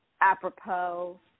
apropos